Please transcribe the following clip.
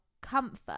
comfort